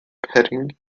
petting